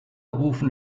rufen